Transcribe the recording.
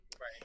Right